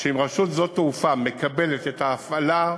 אם רשות שדות התעופה מקבלת את ההפעלה,